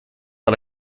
par